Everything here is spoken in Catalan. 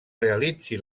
realitzi